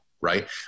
right